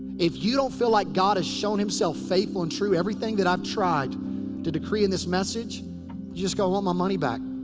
if you don't feel like god has shown himself faithful and true. everything that i've tried to decree in this message. you just go, i want my money back.